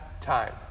time